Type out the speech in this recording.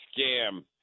scam